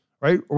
right